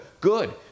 Good